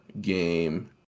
game